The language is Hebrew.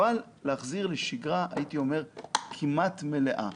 אבל להחזיר לשגרה כמעט מלאה.